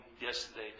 yesterday